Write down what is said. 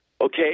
okay